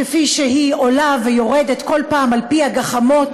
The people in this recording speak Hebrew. כפי שהיא עולה ויורדת כל פעם על-פי הגחמות